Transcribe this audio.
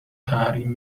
تحریم